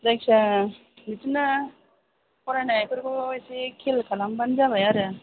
जायखिया बिदिनो फरायनायफोरखौ एसे खेल खालामबानो जाबाय आरो